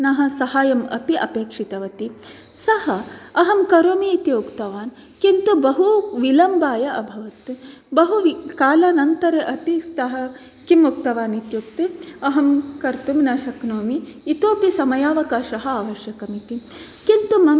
सहायमपि अपेक्षितवती सः अहं करोमि इति उक्तवान् किन्तु बहु विलम्बाय अभवत् बहु कालानन्तरमपि सः किम् उक्तवान् इत्युक्ते अहं कर्तुं न शक्नोमि इतोपि समयावकाशः आवश्यकम् इति